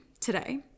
today